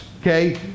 okay